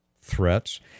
threats